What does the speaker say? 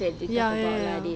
ya ya ya